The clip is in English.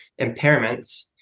impairments